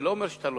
אני, לא אתה.